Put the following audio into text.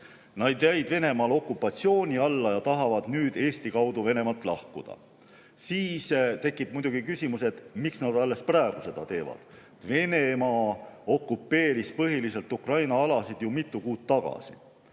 Nad jäid Venemaa okupatsiooni alla ja tahavad nüüd Eesti kaudu Venemaalt lahkuda. Siis tekib muidugi küsimus, et miks nad alles praegu seda teevad. Venemaa okupeeris põhiliselt Ukraina alasid ju mitu kuud tagasi.